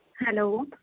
hello